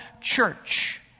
church